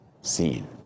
seen